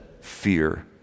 fear